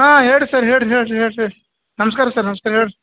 ಹಾಂ ಹೇಳಿರಿ ಸರ್ ಹೇಳಿರಿ ಹೇಳಿರಿ ಹೇಳಿರಿ ಹೇಳ್ರಿ ನಮಸ್ಕಾರ ಸರ್ ನಮಸ್ಕಾರ ಹೇಳಿರಿ